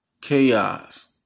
chaos